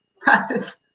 practice